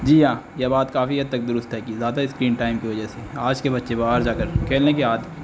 جی ہاں یہ بات کافی حد تک درست ہے کہ زیادہ اسکرین ٹائم کی وجہ سے آج کے بچے باہر جا کر کھیلنے کے عادت